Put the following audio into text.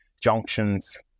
junctions